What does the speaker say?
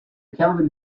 kelvin